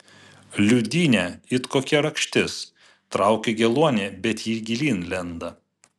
liūdynė it kokia rakštis trauki geluonį bet ji gilyn lenda